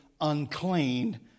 unclean